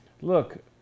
Look